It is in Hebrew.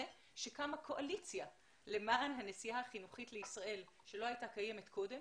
שקמה קואליציה למען הנסיעה החינוכית לישראל שלא הייתה קיימת קודם,